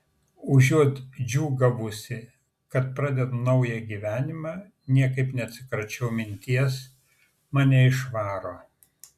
užuot džiūgavusi kad pradedu naują gyvenimą niekaip neatsikračiau minties mane išvaro